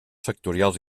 sectorials